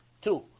Two